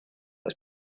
was